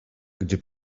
gdy